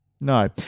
No